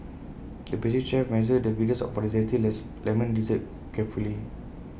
the pastry chef measured the ingredients for A Zesty Lemon Dessert carefully